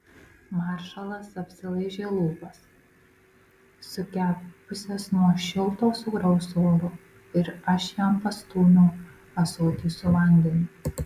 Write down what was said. maršalas apsilaižė lūpas sukepusias nuo šilto sūraus oro ir aš jam pastūmiau ąsotį su vandeniu